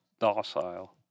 docile